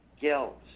guilt